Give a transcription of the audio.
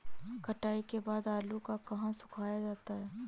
कटाई के बाद आलू को कहाँ सुखाया जाता है?